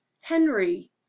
Henry